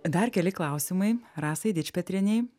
dar keli klausimai rasai dičpetrienei